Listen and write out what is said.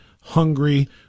hungry